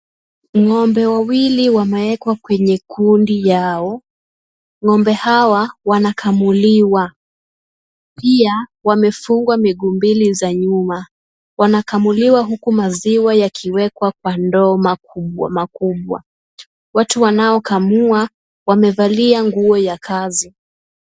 Ng'ombe wawili wamewekwa kwenye kundi yao. Ng'ombe hawa wanakamuliwa. Pia wamefungwa miguu mbili za nyuma. Wanakamuliwa huku maziwa yakiwekwa kwa ndoo makubwa makubwa. Watu wanaokamua wamevalia nguo ya kazi.